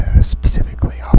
specifically